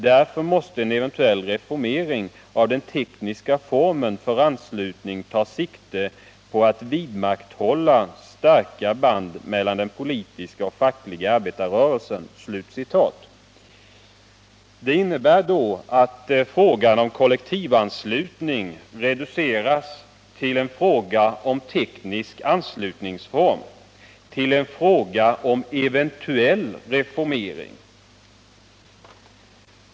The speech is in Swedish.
Därför måste en eventuell reformering av den tekniska formen för anslutning ta sikte på att vidmakthålla starka band mellan den politiska och fackliga arbetarrörelsen.” Detta innebär att frågan om kollektivanslutning reduceras till en fråga om teknisk anslutningsform och eventuell reformering.